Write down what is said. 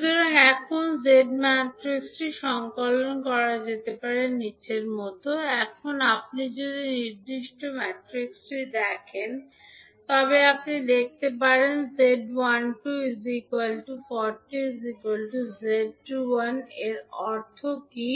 dollar সুতরাং এখন আপনি z ম্যাট্রিক্সটি সংকলন করতে পারেন যা এখন আপনি যদি এই নির্দিষ্ট ম্যাট্রিক্সটি দেখেন তবে আপনি দেখতে পাবেন যে 𝐳12 40𝛺 𝐳21 এর অর্থ কী